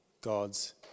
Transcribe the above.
God's